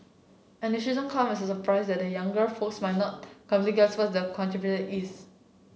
and it shouldn't come as a surprise that the younger folks might not completely grasp what that contraption is